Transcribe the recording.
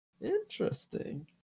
Interesting